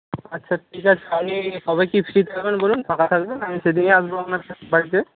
আচ্ছা ঠিক আছে আপনি কবে কি ফ্রি থাকবেন বলুন ফাঁকা থাকবে আমি সেদিনই আসব আপনার বাড়িতে